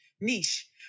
niche